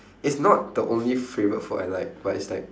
it's not the only favourite food I like but it's like